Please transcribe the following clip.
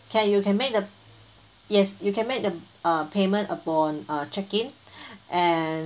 can you can make the yes you can make the err payment upon err check in and